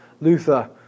Luther